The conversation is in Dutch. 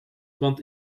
want